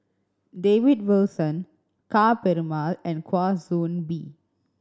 David Wilson Ka Perumal and Kwa Soon Bee